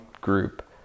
group